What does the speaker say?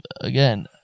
again